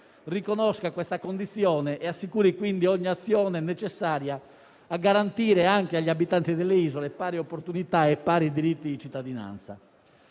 riconosca questa condizione e assicuri quindi ogni azione necessaria a garantire anche agli abitanti delle isole pari opportunità e pari diritti di cittadinanza.